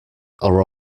are